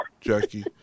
Jackie